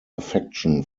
affection